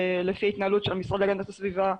לפי ההתנהלות של המשרד להגנת הסביבה,